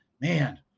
man